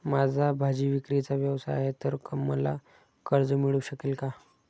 माझा भाजीविक्रीचा व्यवसाय आहे तर मला कर्ज मिळू शकेल का?